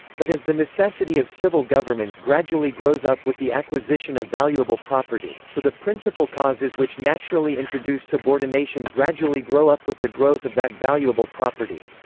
but as the necessity of civil government gradually grows up with the acquisition of valuable property, so the principal causes which naturally introduce subordination gradually grow up with the growth of that valuable property.